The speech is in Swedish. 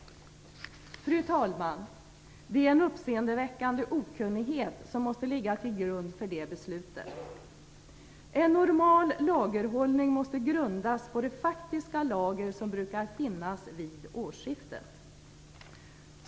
Fru talman! Det är en uppseendeväckande okunnighet som måste ligga till grund för det beslutet. En normal lagerhållning måste grundas på det faktiska lager som brukar finnas vid årsskiftet.